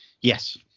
Yes